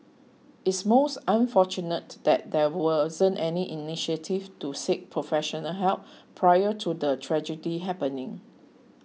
it's most unfortunate that there wasn't any initiative to seek professional help prior to the tragedy happening